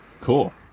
Cool